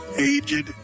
Aged